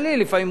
לפעמים הוא טוב,